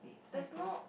there's no